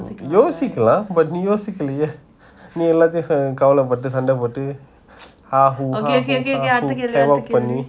யோசிக்கலாம் அனா நீ யோசிக்கலையே நீ எல்லாத்தையும் கவலைப்பட்டு சந்தேகப்பட்டு ஹாஹா ஹாஹா எல்லாத்தையும் பாவம் பண்ணி:yosikalam ana nee yosikalayae nee ellathayum kavalapattu santhegapattu haaho haaho ellathayum paavam panni